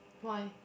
why